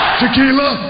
tequila